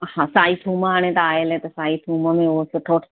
हा साई थूम हाणे त आयल आहे त साई थूम में उहो सुठो